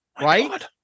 Right